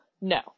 no